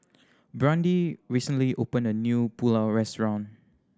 Brandi recently opened a new Pulao Restaurant